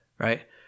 Right